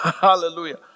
Hallelujah